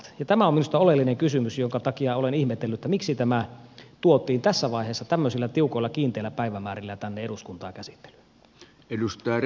tämä on minusta oleellinen kysymys jonka takia olen ihmetellyt miksi tämä tuotiin tässä vaiheessa tämmöisillä tiukoilla kiinteillä päivämäärillä tänne eduskuntaan käsittelyyn